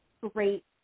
great